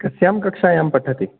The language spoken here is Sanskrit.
कस्यां कक्षायां पठति